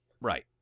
Right